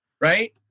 right